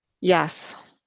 Yes